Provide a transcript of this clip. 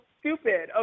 stupid